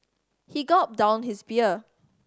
he gulped down his beer